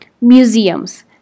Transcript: museums